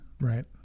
right